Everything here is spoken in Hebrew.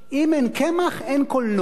"אם אין קמח אין קולנוע".